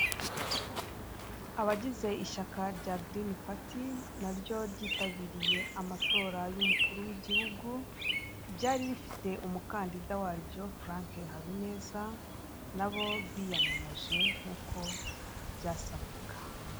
Abagize ishyaka rya girini pati, naryo ryitabiriye amatora y'umukuru w'igihugu, ryari rifite umukandida waryo Frank Habineza, nabo biyamamaje nk'uko byasabwaga.